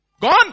Gone